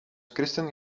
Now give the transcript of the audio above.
christen